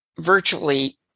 virtually